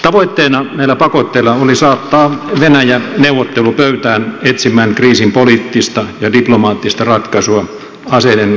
tavoitteena oli näillä pakotteilla saattaa venäjä neuvottelupöytään etsimään kriisiin poliittista ja diplomaattista ratkaisua aseiden käytön sijaan